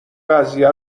قضیه